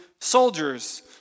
soldiers